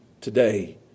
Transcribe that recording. today